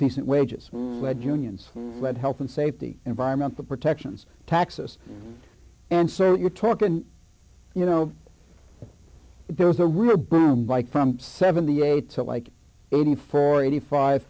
decent wages led unions led health and safety environmental protections taxes and so we're talking you know there was a rumor brown bike from seventy eight to like eleven for eighty five